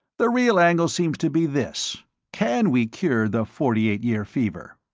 the real angle seems to be this can we cure the forty eight year fever?